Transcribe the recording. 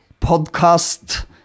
podcast